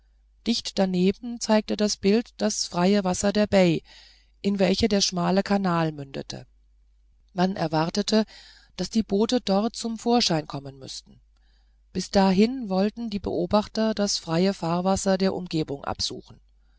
dicht daneben zeigte das bild das freie wasser der bai in welche der schmale kanal mündete man erwartete daß die boote dort zum vorschein kommen müßten bis dahin wollten die beobachter das freiere fahrwasser der umgegend absuchen